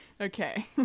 Okay